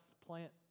plant